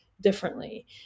differently